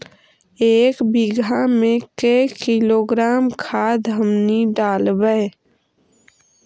एक बीघा मे के किलोग्राम खाद हमनि डालबाय?